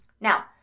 Now